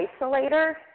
isolator